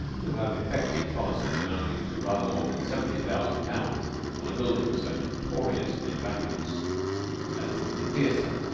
to have effected policies amounting to rather more than seventy thousand pounds on a building so notoriously valueless as the windsor theater